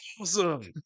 awesome